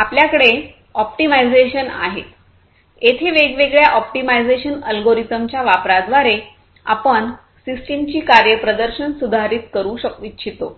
आपल्याकडे ऑप्टिमायझेशन आहे येथे वेगवेगळ्या ऑप्टिमायझेशन अल्गोरिदमच्या वापराद्वारे आपण सिस्टमची कार्यप्रदर्शन सुधारित करू इच्छितो